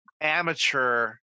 amateur